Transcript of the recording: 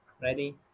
Ready